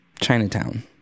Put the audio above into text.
chinatown